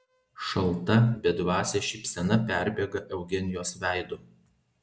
šalta bedvasė šypsena perbėga eugenijos veidu